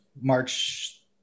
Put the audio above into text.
March